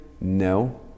No